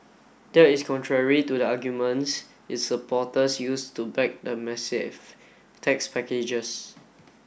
that is contrary to the arguments its supporters used to back the massive tax packages